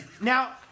now